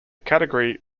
category